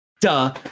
Duh